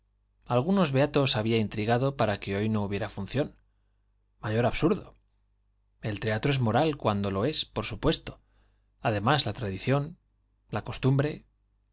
algunos beatos habían intrigado para que hoy no hubiera función mayor absurdo el teatro es moral cuando lo es por supuesto además la tradición la costumbre